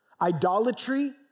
Idolatry